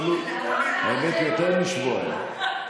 האמת, יותר משבועיים.